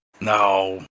No